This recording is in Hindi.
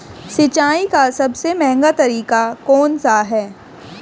सिंचाई का सबसे महंगा तरीका कौन सा है?